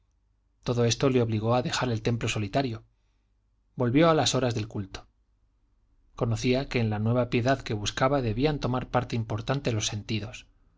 todo esto le obligó a dejar el templo solitario volvió a las horas del culto conocía que en la nueva piedad que buscaba debían tomar parte importante los sentidos